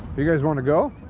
you guys wanna go?